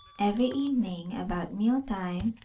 every evening, about meal-time,